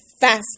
fast